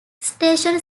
station